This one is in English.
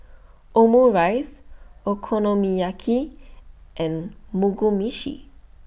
Omurice Okonomiyaki and Mugi Meshi